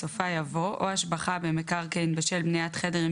בסופה יבוא "או השבחה במקרקעין בשל בניית חדר עם